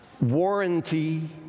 warranty